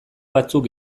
batzuk